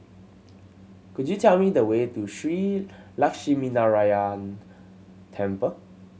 could you tell me the way to Shree Lakshminarayanan Temple